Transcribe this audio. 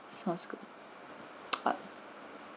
sound good alright